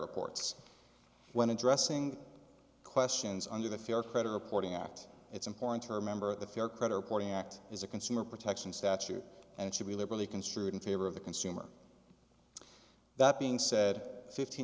reports when addressing questions under the fair credit reporting act it's important to remember the fair credit reporting act is a consumer protection statute and should be liberally construed in favor of the consumer that being said fifteen